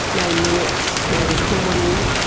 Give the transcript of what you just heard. no minutes, no recording.